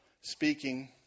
speaking